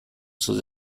sus